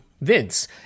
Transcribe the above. vince